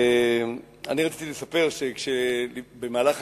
אני רציתי לספר, שבמהלך